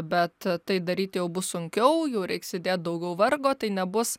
bet tai daryti jau bus sunkiau jau reiks įdėt daugiau vargo tai nebus